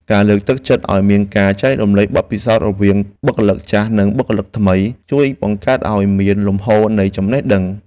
ការលើកទឹកចិត្តឱ្យមានការចែករំលែកបទពិសោធន៍រវាងបុគ្គលិកចាស់និងបុគ្គលិកថ្មី ជួយបង្កើតឱ្យមានលំហូរនៃចំណេះដឹង។